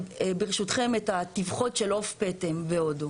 ברשותכם את הטבחות של עוף פטם והודו.